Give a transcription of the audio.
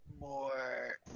More